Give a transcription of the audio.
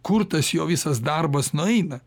kur tas jo visas darbas nueina